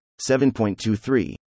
7.23